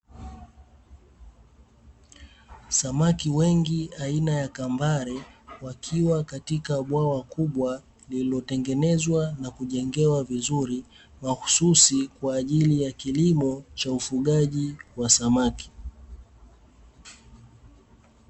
Samaki wengi aina ya kambale wakiwa katika bwawa kubwa lililotengenezwa na kujengewa vizuri, mahususi kwa ajili ya kilimo cha ufugaji wa samaki.